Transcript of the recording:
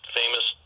famous